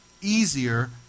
easier